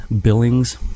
Billings